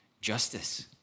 justice